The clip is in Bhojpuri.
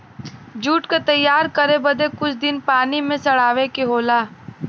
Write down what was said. जूट क तैयार करे बदे कुछ दिन पानी में सड़ावे के होला